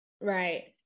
right